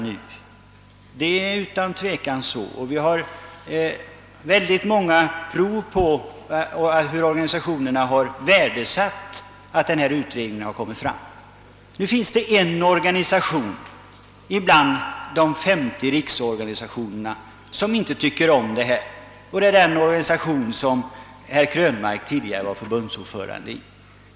Vi har fått många prov på hur organisationerna värdesatt denna utredning. Nu finns det en organisation bland de 50 riksorganisationerna som inte tycker om detta, nämligen den i vilken herr Krönmark tidigare varit förbundsordförande.